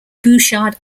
bouchard